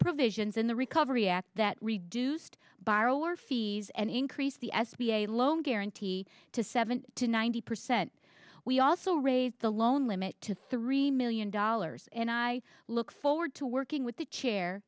provisions in the recovery act that reduced borrower fees and increase the s b a loan guarantee to seven to ninety percent we also raise the loan limit to three million dollars and i look forward to working with the chair